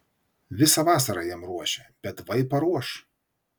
visą vasarą jam ruošia bet vai paruoš